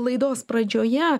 laidos pradžioje